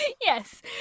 yes